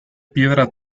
piedra